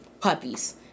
puppies